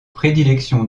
prédilection